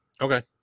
Okay